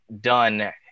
done